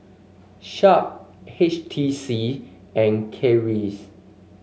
Sharp H T C and Kiehl's